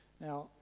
Now